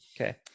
Okay